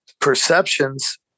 perceptions